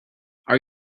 are